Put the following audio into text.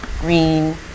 green